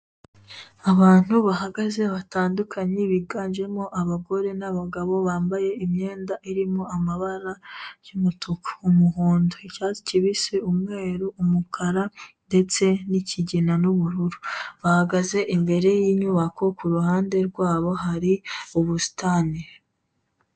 Abantu bahagaze batandukanye biganjemo abagore n'abagabo bambaye imyenda irimo amabara y'umutuku, umuhondo, icyatsi kibisi, umweru, umukara ndetse n'ikigina n'ubururu. Bahagaze imbere y'inyubako, ku ruhande rwabo hari ubusitani.